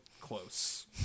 close